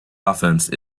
offense